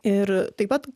ir taip pat